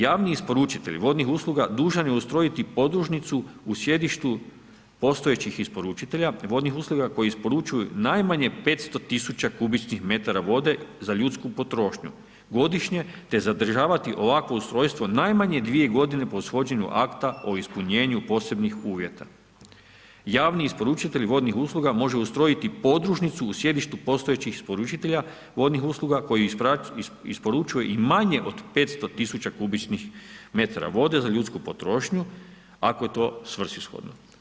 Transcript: Javni isporučitelj vodnih usluga dužan je ustrojiti podružnicu u sjedištu postojećih isporučitelja vodnih usluga koji isporučuju najmanje 500 tisuća kubičnih metara vode za ljudsku potrošnju godišnje te zadržavati ovakvo ustrojstvo najmanje dvije godine po … [[ne razumije se]] akta o ispunjenju posebnih uvjeta.“ Javni isporučitelj vodnih usluga može ustrojiti podružnicu u sjedištu postojećih isporučitelja vodnih usluga koji isporučuje i manje od 500 tisuća kubičnih metara vode za ljudsku potrošnju ako je to svrsishodno.